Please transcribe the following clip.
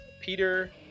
Peter